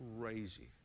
crazy